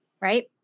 Right